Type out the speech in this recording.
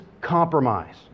compromise